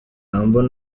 humble